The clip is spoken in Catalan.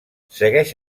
segueix